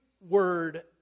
word